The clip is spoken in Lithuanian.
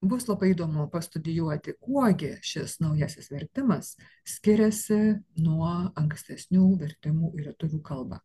bus labai įdomu pastudijuoti kuo gi šis naujasis vertimas skiriasi nuo ankstesnių vertimų į lietuvių kalbą